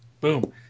Boom